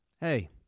hey